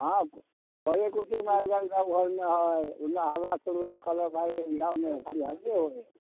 हॅं सरे कुटुम घरमे हइ ओ ने हल्ला शुरू हइ कलहबाजी जाउ ने खाली हँसते हो